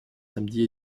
samedis